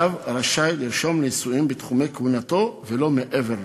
רב רשאי לרשום לנישואין בתחומי כהונתו ולא מעבר לכך.